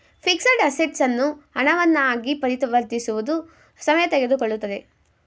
fixed assets ಅನ್ನು ಹಣವನ್ನ ಆಗಿ ಪರಿವರ್ತಿಸುವುದು ಸಮಯ ತೆಗೆದುಕೊಳ್ಳುತ್ತದೆ